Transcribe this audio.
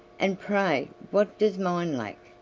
and pray what does mine lack?